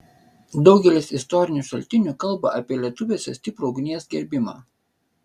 daugelis istorinių šaltinių kalba apie lietuviuose stiprų ugnies gerbimą